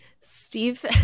Steve